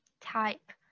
type